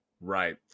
Right